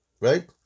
Right